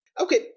Okay